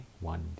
one